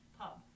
pub